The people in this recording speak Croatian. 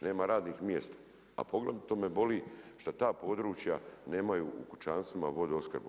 Nema radnih mjesta, a poglavito me boli šta ta područja nemaju u kućanstvima vodoopskrbu.